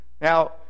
now